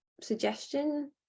suggestion